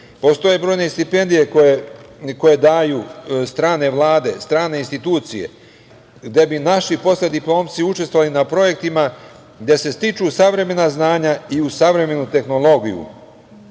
Postoje brojne stipendije koje daju strane vlade, strane institucije gde bi naši postdiplomci učestvovali na projektima gde se stiču savremena znanja i u savremenu tehnologiju.